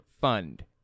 fund